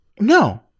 No